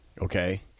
Okay